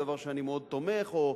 דבר שאני מאוד תומך בו,